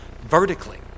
vertically